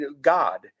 God